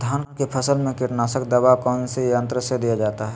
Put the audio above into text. धान की फसल में कीटनाशक दवा कौन सी यंत्र से दिया जाता है?